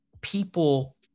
people